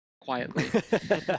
quietly